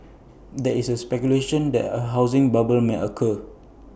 there is speculation that A housing bubble may occur